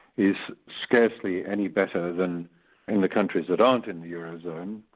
is scarcely any better than in the countries that aren't in the eurozone,